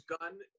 gun